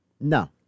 No